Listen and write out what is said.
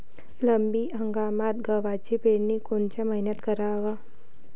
रब्बी हंगामात गव्हाची पेरनी कोनत्या मईन्यात कराव?